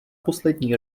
poslední